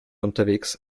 unterwegs